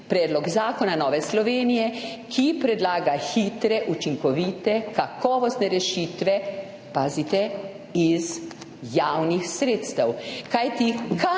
predlog zakona Nove Slovenije, ki predlaga hitre, učinkovite, kakovostne rešitve, pazite – iz javnih sredstev.